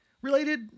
related